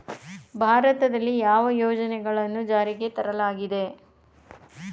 ಭಾರತದಲ್ಲಿ ಯಾವ ಯೋಜನೆಗಳನ್ನು ಜಾರಿಗೆ ತರಲಾಗಿದೆ?